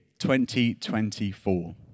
2024